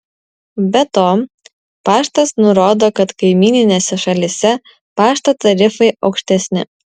be to paštas nurodo kad kaimyninėse šalyse pašto tarifai aukštesni